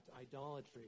idolatry